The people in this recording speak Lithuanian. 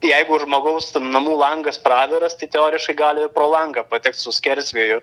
jeigu žmogaus ten namų langas praviras tai teoriškai gali pro langą patekt su skersvėju